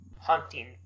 hunting